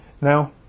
now